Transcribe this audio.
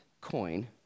coin